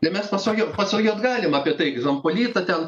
tai mes pasakėm pasvajot galima apie tai zompolitą ten